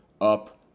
up